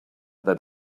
that